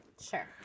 Sure